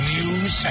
News